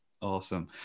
awesome